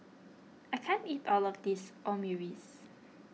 I can't eat all of this Omurice